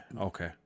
Okay